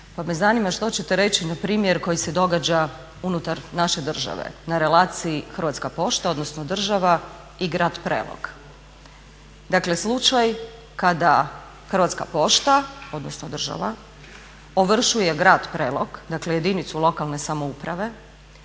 Pa me zanima što ćete reći na primjer koje se događa unutar naše države na relaciji Hrvatska pošta, odnosno država i Grad Prelog. Dakle, slučaj kada Hrvatska pošta, odnosno država ovršuje Grad Prelog dakle jedinicu lokalne samouprave